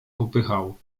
popychał